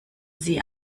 sie